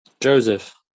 Joseph